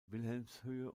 wilhelmshöhe